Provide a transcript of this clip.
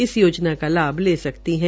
इस योजना का लाभ ले सकती है